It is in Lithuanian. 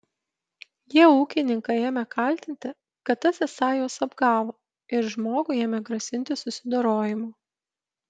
jie ūkininką ėmė kaltinti kad tas esą juos apgavo ir žmogui ėmė grasinti susidorojimu